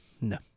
No